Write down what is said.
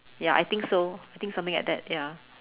ya I think so I think something like that ya